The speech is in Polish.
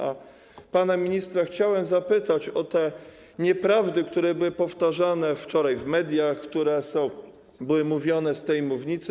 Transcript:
A pana ministra chciałem zapytać o te nieprawdy, które były powtarzane wczoraj w mediach, które były mówione z tej mównicy.